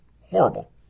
horrible